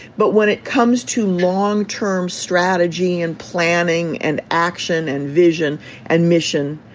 but when it comes to long-term strategy and planning and action and vision and mission,